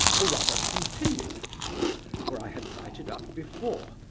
or rather continued to smoke, for i had lighted up before.